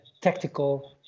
tactical